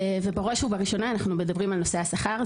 בראש ובראשונה אנחנו מדברים על נושא השכר,